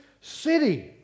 city